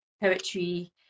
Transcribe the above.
poetry